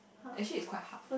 actually is quite hard